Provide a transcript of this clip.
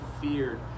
feared